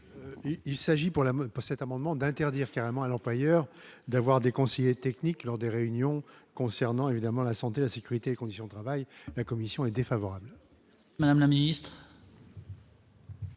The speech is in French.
la mode par cet amendement d'interdire carrément à l'employeur d'avoir des conseillers techniques lors des réunions concernant évidemment la santé, la sécurité et conditions de travail, la commission est défavorable. Madame la Ministre.